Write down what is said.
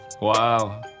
wow